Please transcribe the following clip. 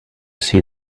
see